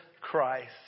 Christ